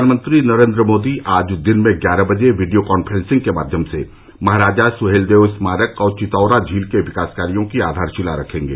प्रधानमंत्री नरेन्द्र मोदी आज दिन में ग्यारह बजे वीडियो कान्फ्रेंसिंग के माध्यम से महाराजा सुहेलदेव स्मारक और चितौरा झील के विकास कार्यों की आधारशिला रखेंगे